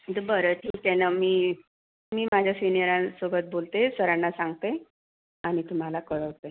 तर बरं ठीक आहे ना मी मी माझ्या सिनियरांसोबत बोलते सरांना सांगते आणि तुम्हाला कळवते